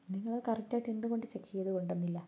നിങ്ങളത് കറക്റ്റായിട്ട് എന്തുകൊണ്ട് ചെക്ക് ചെയ്ത് കൊണ്ടുവന്നില്ല